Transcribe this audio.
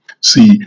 See